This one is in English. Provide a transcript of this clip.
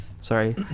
Sorry